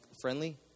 friendly